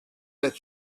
that